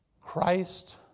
Christ